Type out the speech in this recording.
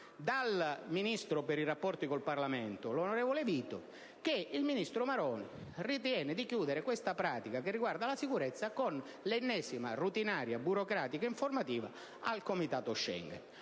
dal ministro per i rapporti con il Parlamento, onorevole Vito, che il ministro Maroni ritiene di chiudere questa pratica che riguarda la sicurezza con l'ennesima routinaria, burocratica informativa al Comitato Schengen.